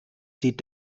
sie